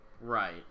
Right